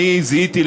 אני זיהיתי,